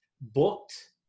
booked